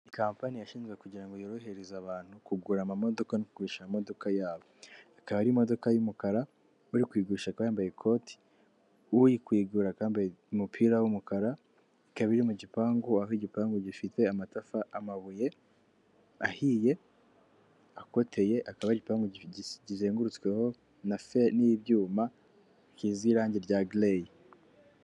Kampani yashinzwe kugira ngo yorohereze abantu kugura amamodoka no kugurisha amamodoka yabo, akaba ari imodoka y'umukara, uri kuyigurisha akaba yambaye ikoti, uri kuyigura akaba yambaye umupira w'umukara ikaba iri mu gipangu aho igipangu gifite amabuye ahiye akoteye akaba ari igipangu kizengurutsweho n'ibyuma gisize irangi rya gireyi.